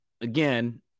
again